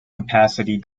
capacity